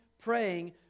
praying